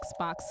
xbox